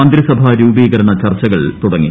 മന്ത്രിസഭാ രൂപീകരണ ചർച്ചകൾ തുടങ്ങി